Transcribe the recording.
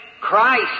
Christ